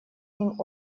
ним